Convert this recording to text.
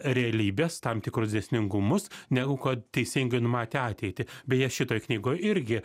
realybės tam tikrus dėsningumus negu kad teisingai numatę ateitį beje šitoj knygoj irgi